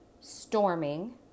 storming